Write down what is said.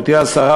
גברתי השרה,